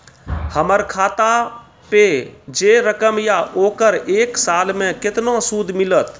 हमर खाता पे जे रकम या ओकर एक साल मे केतना सूद मिलत?